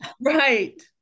Right